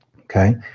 Okay